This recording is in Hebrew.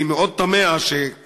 אני מאוד תמה שפה,